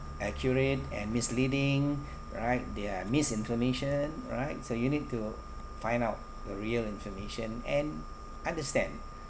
accurate and misleading right there are misinformation right so you need to find out the real information and understand